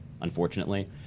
unfortunately